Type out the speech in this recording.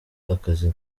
akazi